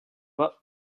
suédois